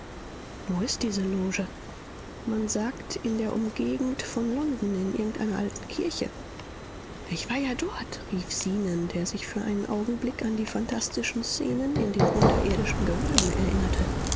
wo ist diese loge man sagt in der umgegend von london in irgendeiner alten kirche ich war ja dort rief zenon der sich für einen augenblick an die phantastischen szenen in den unterirdischen gewölben erinnerte